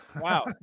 Wow